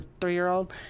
three-year-old